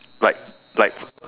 like like